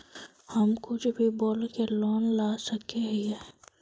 हम कुछ भी बोल के लोन ला सके हिये?